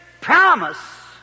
promise